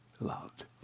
loved